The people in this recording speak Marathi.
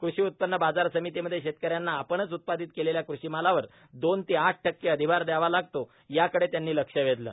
कृषी उत्पन्न बाजार समितीमध्ये शेतकऱ्यांना आपणच उत्पादित केलेल्या कृषीमालावर दोन ते आठ टक्के अधिभार द्यावा लागतो याकडे त्यांनी लक्ष वेधले